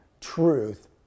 truth